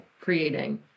creating